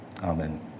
amen